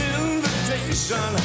invitation